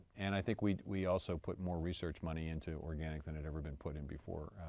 and i think we we also put more research money into organic than had ever been put in before.